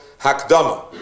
Hakdama